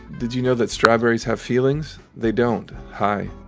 did you know that strawberries have feelings? they don't. hi.